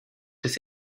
des